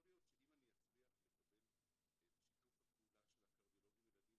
יכול להיות שאם אני אצליח לקבל את שיתוף הפעולה של קרדיולוגים ילדים